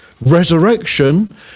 Resurrection